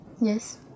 Yes